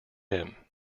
him